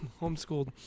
Homeschooled